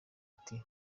ati